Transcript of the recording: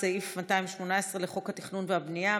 סעיף 218 לחוק התכנון והבנייה,